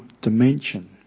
dimension